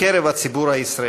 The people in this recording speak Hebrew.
בקרב הציבור הישראלי: